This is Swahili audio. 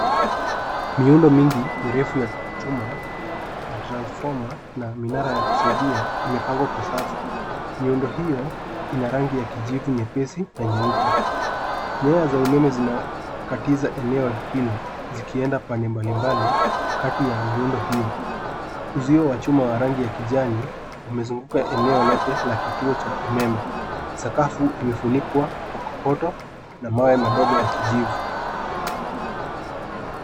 Miundo mingi mirefu ya chuma ya transfoma na minara ya kusaidia, imepangwa kwa safu. Miundo hiyo ina rangi ya kijivu nyepesi na nyeupe. Nyaya za umeme zinakatiza eneo hilo zikienda pande mbalimbali kati ya miundo hiyo. Uzio wa chuma wa rangi ya kijani umezunguka eneo lote la kituo cha umeme. Sakafu imefunikwa kwa kokoto na mawe madogo ya kijivu.